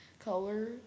color